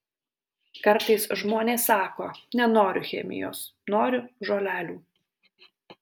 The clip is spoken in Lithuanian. kartais žmonės sako nenoriu chemijos noriu žolelių